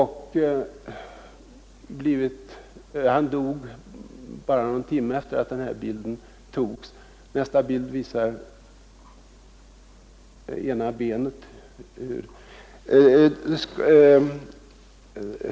Han dog bara någon timme efter att bilden tagits. På nästa bild visas ena benet.